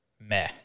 meh